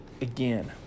again